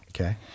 Okay